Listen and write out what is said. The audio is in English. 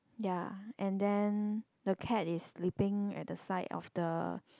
ya and then the cat is sleeping at the side of the